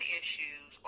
issues